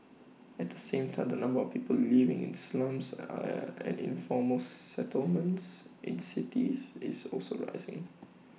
at the same time the number of people living in slums and informal settlements in cities is also rising